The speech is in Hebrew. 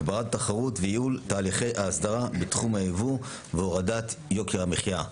הגברת התחרות וייעול תהליכי ההסדרה בתחום הייבוא והורדת יוקר המחיה.